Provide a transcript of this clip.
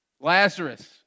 Lazarus